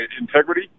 integrity